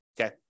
okay